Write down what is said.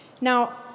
Now